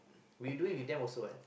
we doing with them also what